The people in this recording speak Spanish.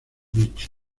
beach